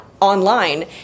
online